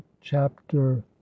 chapter